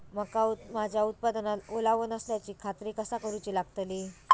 मका माझ्या उत्पादनात ओलावो नसल्याची खात्री कसा करुची लागतली?